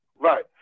Right